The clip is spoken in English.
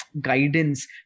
guidance